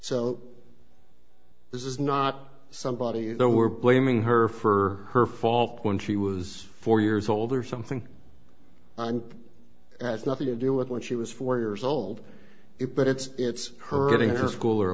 so this is not somebody they were blaming her for her fault when she was four years old or something and as nothing to do with when she was four years old it but it's hurting her school or